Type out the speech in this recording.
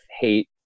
hate